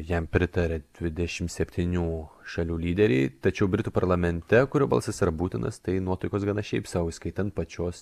jam pritarė dvidešim septynių šalių lyderiai tačiau britų parlamente kurio balsas yra būtinas tai nuotaikos gana šiaip sau įskaitant pačios